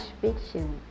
fiction